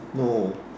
no